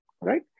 Right